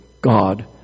God